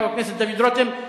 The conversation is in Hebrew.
חבר הכנסת דוד רותם,